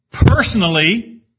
personally